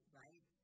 right